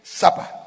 supper